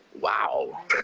wow